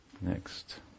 Next